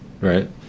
Right